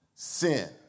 sin